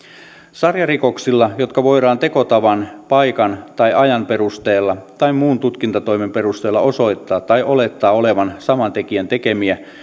sarjarikoksilla jotka voidaan tekotavan paikan tai ajan perusteella tai muun tutkintatoimen perusteella osoittaa tai olettaa olevan saman tekijän tekemiä